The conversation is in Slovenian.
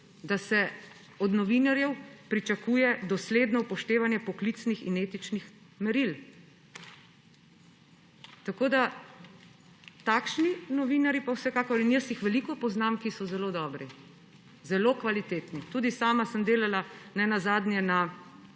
da se od novinarjev pričakuje dosledno upoštevanje poklicnih in etičnih meril. Takšni novinarji pa vsekakor – in jaz jih veliko poznam, ki so zelo dobri, zelo kvalitetni. Tudi sama sem delala nenazadnje na